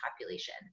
population